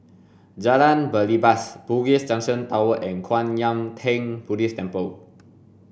Jalan Belibas Bugis Junction Towers and Kwan Yam Theng Buddhist Temple